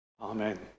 Amen